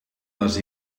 les